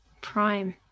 Prime